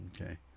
Okay